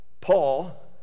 Paul